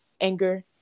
anger